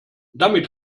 damit